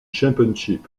championship